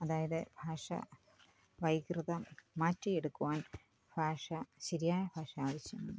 അതായത് ഭാഷാ വൈകൃതം മാറ്റിയെടുക്കുവാൻ ഭാഷ ശരിയായ ഭാഷ ആവശ്യമുള്ളത്